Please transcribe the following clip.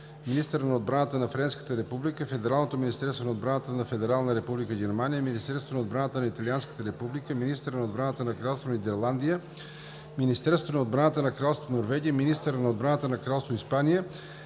министъра на отбраната на Френската република, Федералното министерство на отбраната на Федерална република Германия, Министерството на отбраната на Италианската република, министъра на отбраната на Кралство Нидерландия, Министерството на отбраната на Кралство Норвегия, министъра на отбраната на Кралство Испания